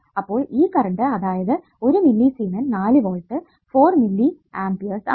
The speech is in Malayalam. അപ്പോൾ ഈ കറണ്ട് അതായത് 1 മില്ലിസിമെൻ 4 വോൾട്ട് ഫോർ മില്ലിAs ആണ്